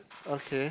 okay